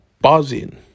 buzzing